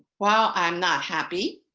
while i'm not happy,